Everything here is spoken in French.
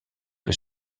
que